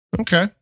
Okay